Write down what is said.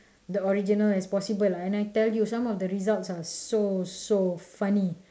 the original as possible and I tell you some of the results are so so funny